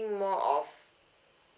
more of